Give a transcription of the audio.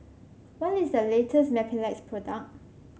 what is the latest Mepilex product